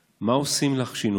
/ מה עושים לך שינויים?